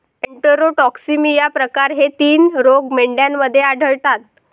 enterotoxaemia प्रकार हे तीन रोग मेंढ्यांमध्ये आढळतात